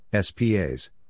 SPAs